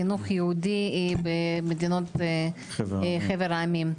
חינוך יהודי במדינות חבר העמים.